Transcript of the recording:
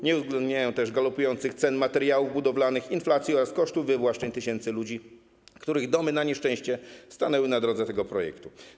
Nie uwzględniają też galopujących cen materiałów budowlanych, inflacji oraz kosztów wywłaszczeń tysięcy ludzi, których domy na nieszczęście stanęły na drodze tego projektu.